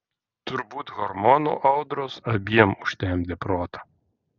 turbūt hormonų audros abiem užtemdė protą